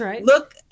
look